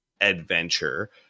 adventure